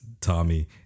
Tommy